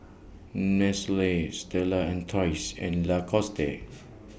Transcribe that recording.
Nestle Stella Artois and Lacoste